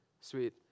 Sweet